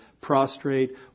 prostrate